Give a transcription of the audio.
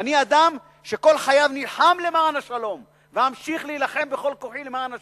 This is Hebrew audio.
ואני אדם שכל חייו נלחם למען השלום ואמשיך להילחם בכל כוחי למען השלום,